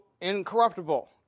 incorruptible